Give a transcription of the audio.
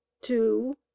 two